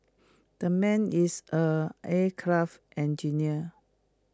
the man is A aircraft engineer